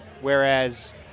Whereas